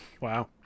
Wow